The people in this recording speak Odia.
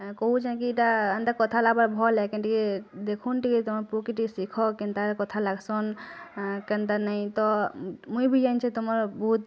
କହୁଛିଁ କି ଏଇଟା ଏନ୍ତା କଥା ହେଲା ବେଲେ ଭଲ୍ ହେକେ ଟିକେ ଦେଖୁନ୍ ଟିକେ ତମ ପୁଅକୁ ଟିକେ ଶିଖ କେନ୍ତା କଥା ଲାଗସନ୍ କେନ୍ତା ନେହିଁ ତ ମୁଇଁ ବି ଜାଣିଛି ତମର ବହୁତ୍